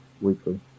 weekly